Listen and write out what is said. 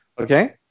Okay